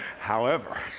however.